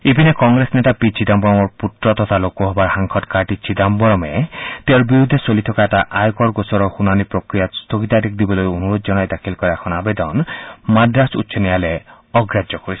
ইপিনে কংগ্ৰেছ নেতা পি চিদাম্বৰমৰ পুত্ৰ তথা লোকসভাৰ সাংসদ কাৰ্তি চিদাম্বৰমে তেওঁৰ বিৰুদ্ধে চলি থকা এটা আয়কৰ গোচৰৰ শুনানি প্ৰক্ৰিয়াত স্থগিতাদেশ দিবলৈ অনুৰোধ জনাই দাখিল কৰা এখন আৱেদন মাদ্ৰাছ উচ্চ ন্যায়ালয়ে অগ্ৰাহ্য কৰিছে